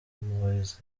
mowzey